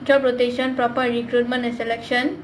job rotation proper recruitment and selection